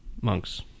monks